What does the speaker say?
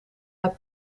hij